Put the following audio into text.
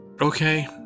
Okay